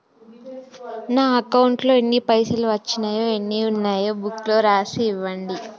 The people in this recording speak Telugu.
నా అకౌంట్లో ఎన్ని పైసలు వచ్చినాయో ఎన్ని ఉన్నాయో బుక్ లో రాసి ఇవ్వండి?